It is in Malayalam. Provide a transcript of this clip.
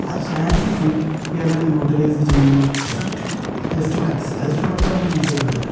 ആ ചാൻസസ് എങ്ങനെ യൂട്ടിലൈസ് ചെയ്യുന്നു ഇറ്റ്സ് അപ്പ് റ്റൗ സ്റ്റുഡൻസ് അത് സ്റ്റുഡൻസാണ് ചൂസ് ചെയ്യുന്നത്